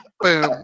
Boom